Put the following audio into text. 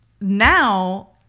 Now